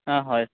অঁ হয়